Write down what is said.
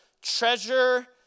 treasure